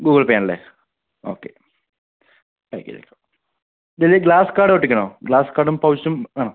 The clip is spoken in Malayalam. ഗൂഗിൾ പേയാണല്ലേ ഓക്കെ ഇതിൽ ഗ്ലാസ് ഗാർഡ് ഒട്ടിക്കണോ ഗ്ലാസ്സ് ഗാർഡും പൗച്ചും വേണോ